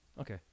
Okay